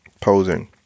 posing